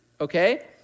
okay